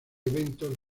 eventos